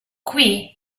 qui